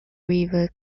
river